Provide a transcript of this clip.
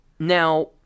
Now